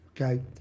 okay